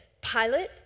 Pilate